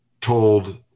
told